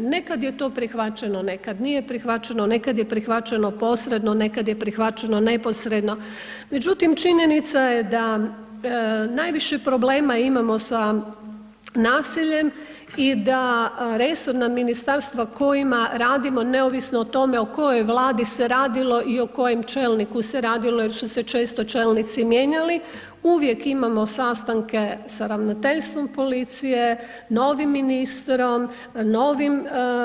Nekad je to prihvaćeno, nekad nije prihvaćeno, nekad je prihvaćeno posredno, nekad je prihvaćeno neposredno međutim činjenica je da najviše problema imamo sa nasiljem i da resorna ministarstva kojima radimo neovisno o tome o kojoj Vladi se radilo i o kojim čelniku se radilo jer su se često čelnici mijenjali, uvijek imamo sastanke sa ravnateljstvom policije, novim ministrom,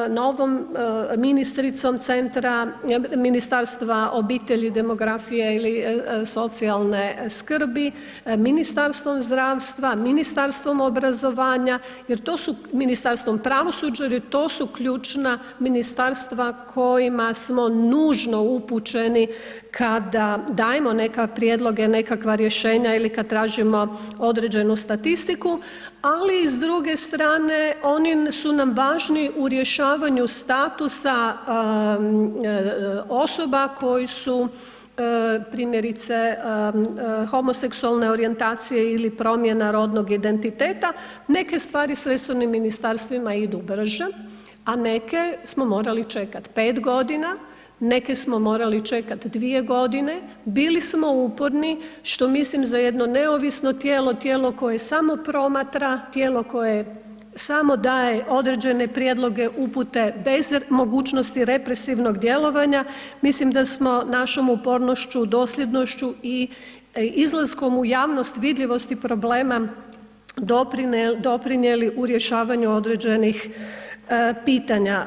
novom ministricom centra Ministarstva obitelji, demografije i socijalne skrbi, Ministarstvom zdravstva, Ministarstvom obrazovanja jer to su, Ministarstvom pravosuđa jer to su ključna ministarstva kojima smo nužno upućeni kada dajemo neke prijedloge, nekakva rješenja ili kad tražimo određenu statistiku ali i s druge strane, oni su nam važni u rješavanju statusa osoba koje su primjerice homoseksualne orijentacije ili promjena rodnog identiteta, neke stvari s resornim ministarstvima idu brže a neke smo morali čekat 5 g., neke smo morali čekat 2 g., bili smo uporni što mislim za jedno neovisno tijelo, tijelo koje samo promatra, tijelo koje samo daje određene prijedloge, upute bez mogućnosti represivnog djelovanja, mislim da smo našom upornošću, dosljednošću i izlaskom u javnost vidljivosti problema, doprinijeli u rješavanju određenih pitanja.